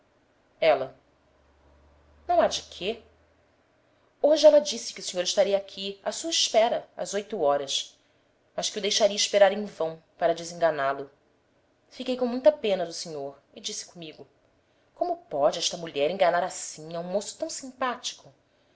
ela não há de que ela hoje ela disse que o senhor estaria aqui à sua espera às oito horas mas que o deixaria esperar em vão para desenganá-lo fiquei com muita pena do senhor e disse comigo como pode esta mulher enganar assim a um moço tão simpático